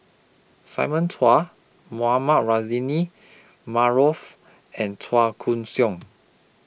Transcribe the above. Simon Chua Mohamed Rozani Maarof and Chua Koon Siong